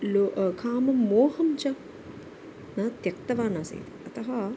लो कामं मोहं च न त्यक्तवानासीत् अतः